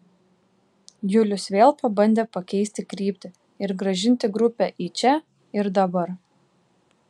julius vėl pabandė pakeisti kryptį ir grąžinti grupę į čia ir dabar